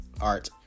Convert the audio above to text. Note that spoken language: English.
art